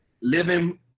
living